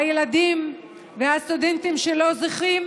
הילדים והסטודנטים, שלא זוכים